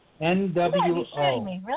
N-W-O